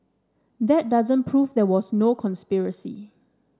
that doesn't prove there was no conspiracy